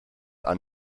are